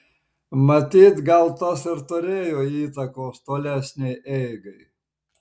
matyt gal tas ir turėjo įtakos tolesnei eigai